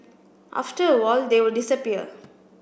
after a while they will disappear